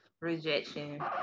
rejection